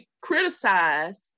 criticize